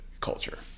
culture